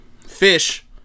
Fish